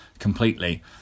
Completely